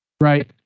right